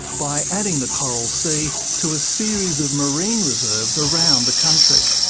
by adding the coral sea to a series of marine reserves around the country.